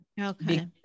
Okay